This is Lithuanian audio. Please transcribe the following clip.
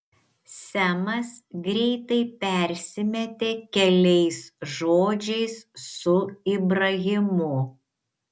semas greitai persimetė keliais žodžiais su ibrahimu